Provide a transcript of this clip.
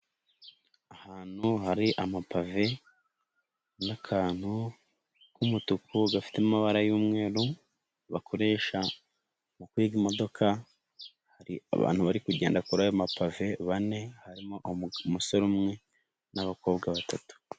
Ahantu hari amapave n'akantu k'umutuku gafite amabara y'umweru, bakoresha mu kwiga imodoka, hari abantu bari kugenda kuri ayo mapave bane, harimo umusore umwe n'abakobwa batatu.